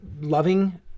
Loving